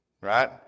right